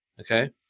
okay